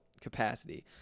capacity